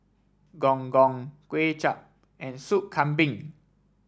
Gong Gong Kuay Chap and Soup Kambing